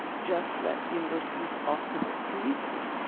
just let universities off the hook too easily?